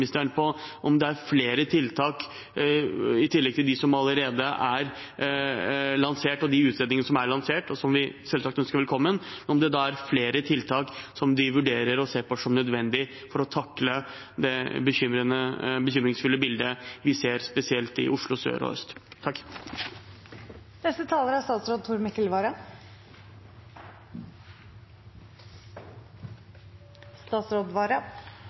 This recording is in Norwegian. på om det er flere tiltak – i tillegg til de tiltak og utredninger som allerede er lansert, og som vi selvsagt ønsker velkommen – som de vurderer å se på som nødvendig for å takle det bekymringsfulle bildet vi ser spesielt i Oslo sør og øst. Når ungdomskriminaliteten nå øker etter mange år med nedgang, er